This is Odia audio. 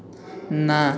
ନା